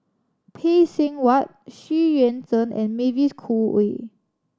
Phay Seng Whatt Xu Yuan Zhen and Mavis Khoo Oei